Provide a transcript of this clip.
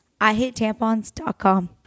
IHateTampons.com